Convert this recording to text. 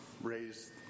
Raised